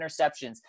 interceptions